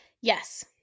yes